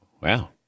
Wow